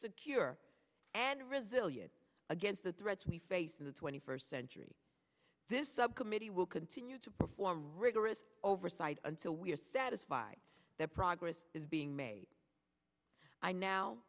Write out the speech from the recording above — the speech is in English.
cure and resilient against the threats we face in the twenty first century this subcommittee will continue to perform rigorous oversight and so we are satisfied that progress is being made i now